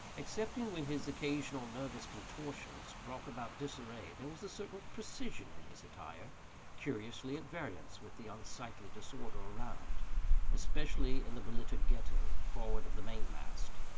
excepting when his occasional nervous contortions brought about disarray, there was a certain precision in his attire curiously at variance with the unsightly disorder around especially in the belittered ghetto, forward of the main-mast,